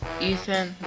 Ethan